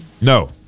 no